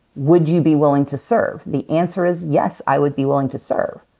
would you be willing to serve? the answer is, yes, i would be willing to serve.